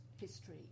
history